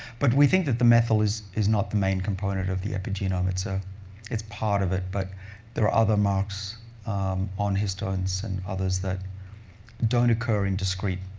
but we think that the methyl is is not the main component of the epigenome. it's ah it's part of it, but there are other marks on histones and others that don't occur in discrete